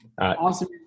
Awesome